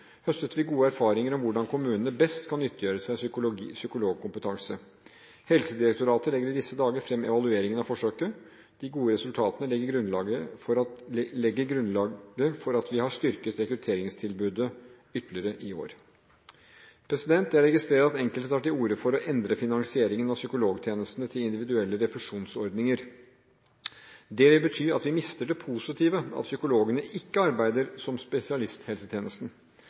høstet vi gode erfaringer om hvordan kommunene best kan nyttiggjøre seg psykologkompetanse. Helsedirektoratet legger i disse dager fram evalueringen av forsøket. De gode resultatene legger grunnlaget for at vi har styrket rekrutteringstilskuddet ytterligere i år. Jeg registrerer at enkelte tar til orde for å endre finansieringen av psykologtjenestene til individuelle refusjonsordninger. Det vil bety at vi mister det positive, nemlig at psykologene ikke arbeider som spesialisthelsetjenesten.